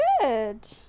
good